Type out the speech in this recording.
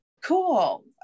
Cool